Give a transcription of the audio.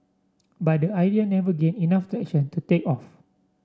but the idea never gained enough traction to take off